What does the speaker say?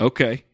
Okay